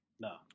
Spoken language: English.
no